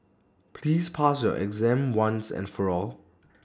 please pass your exam once and for all